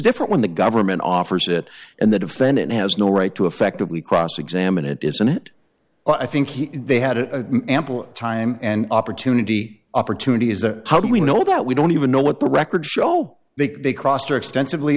different when the government offers it and the defendant has no right to effectively cross examine it isn't it i think they had a ample time and opportunity opportunity is a how do we know that we don't even know what the records show they they crossed her extensively